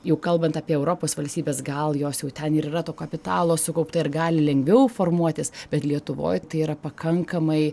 jau kalbant apie europos valstybes gal jos jau ten ir yra to kapitalo sukaupta ir gali lengviau formuotis bet lietuvoj tai yra pakankamai